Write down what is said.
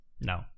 no